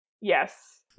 Yes